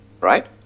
right